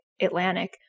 Atlantic